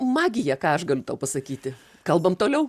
magija ką aš galiu tau pasakyti kalbam toliau